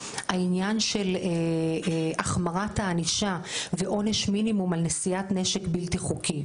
העניין של החמרת הענישה ועונש מינימום על נשיאת נשק בלתי חוקי.